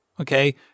Okay